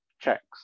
checks